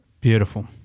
Beautiful